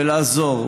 ולעזור.